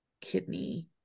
kidney